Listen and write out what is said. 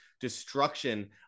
destruction